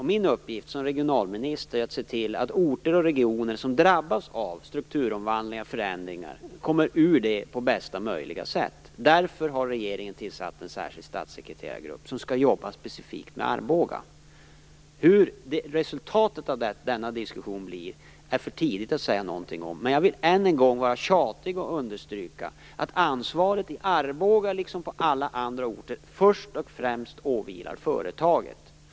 Min uppgift som regionalminister är att se till att orter och regioner som drabbas av strukturomvandlingar och förändringar kommer ur det på bästa möjliga sätt. Därför har regeringen tillsatt en statssekreterargrupp som skall jobba specifikt med Arboga. Hur resultatet blir av denna diskussion är det för tidigt att säga någonting om. Jag vill än en gång vara tjatig och understryka att ansvaret i Arboga, liksom på alla andra orter, först och främst åvilar företaget.